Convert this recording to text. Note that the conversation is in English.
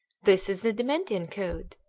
this is the dimentian code.